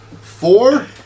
four